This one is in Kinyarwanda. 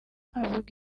avuga